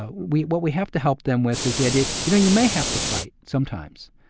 ah we what we have to help them with is the idea you know, you may have to fight sometimes,